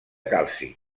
calci